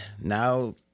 Now